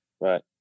Right